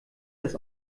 das